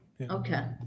Okay